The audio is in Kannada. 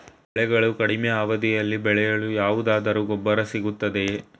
ಬೆಳೆಗಳು ಕಡಿಮೆ ಅವಧಿಯಲ್ಲಿ ಬೆಳೆಯಲು ಯಾವುದಾದರು ಗೊಬ್ಬರ ಸಿಗುತ್ತದೆಯೇ?